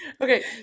Okay